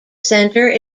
centre